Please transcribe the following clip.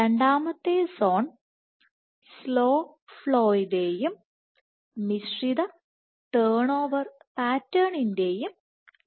രണ്ടാമത്തെ zone slow ഫ്ലോയുടെയും മിശ്രിത ടേൺഓവർ പാറ്റേണിന്റെയും മേഖലയാണ്